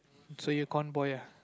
so you con boy ah